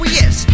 yes